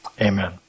Amen